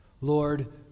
Lord